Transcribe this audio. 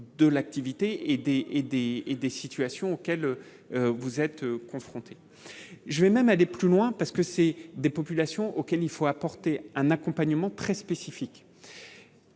et aider et des situations auxquelles vous êtes confrontés, je vais même à des plus loin parce que c'est des populations auxquelles il faut apporter un accompagnement très spécifique.